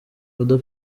oda